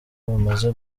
bamaze